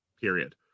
Period